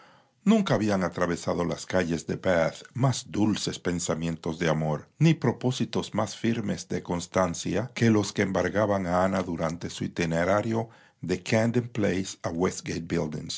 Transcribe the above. nunca habían atravesado las calles de bath más dulces pensamientos de amor ni propósitos más firmes de constancia que los que embargaban a ana durante su itinerario de camden place a